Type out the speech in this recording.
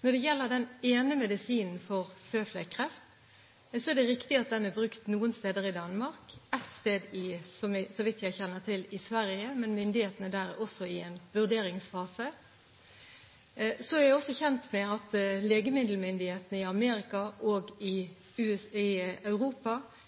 Når det gjelder den ene medisinen – mot føflekkreft – er det riktig at den er brukt noen steder i Danmark, og ett sted i Sverige, så vidt jeg kjenner til, men myndighetene der er også i en vurderingsfase. Jeg er også kjent med at legemiddelmyndighetene i Amerika og i